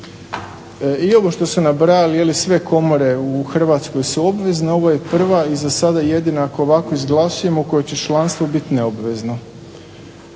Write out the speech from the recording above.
I ovo što su nabrajali sve komore u Hrvatskoj su obvezni. Ovo je prva i za sada jedina ako ovako izglasujemo u kojoj će članstvo biti neobvezno.